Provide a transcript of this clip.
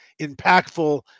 impactful